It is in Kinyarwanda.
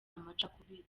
amacakubiri